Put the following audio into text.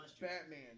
Batman